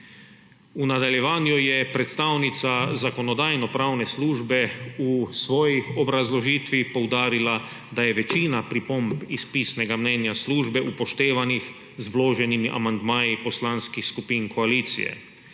V nadaljevanju je predstavnica Zakonodajno-pravna službe v svoji obrazložitvi poudarila, da je večina pripomb iz pisnega mnenja službe upoštevanih z vloženimi amandmaji poslanskih skupin koalicije.